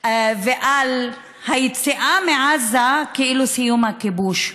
ועל היציאה מעזה כאילו הם סיום הכיבוש.